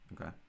Okay